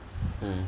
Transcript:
mm